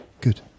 Good